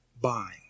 buying